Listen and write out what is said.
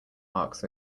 arcs